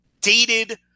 dated